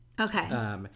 Okay